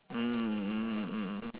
mm mm mm mm